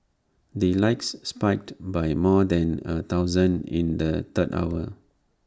the likes spiked by more than A thousand in the third hour